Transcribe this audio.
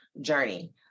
journey